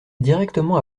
directement